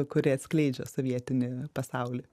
kuri atskleidžia sovietinį pasaulį